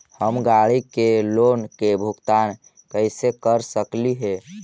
हम गाड़ी के लोन के भुगतान कैसे कर सकली हे?